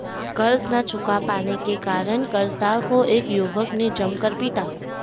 कर्ज ना चुका पाने के कारण, कर्जदार को एक युवक ने जमकर पीटा